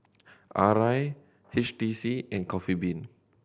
Arai H T C and Coffee Bean